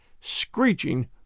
screeching